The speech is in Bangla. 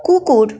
কুকুর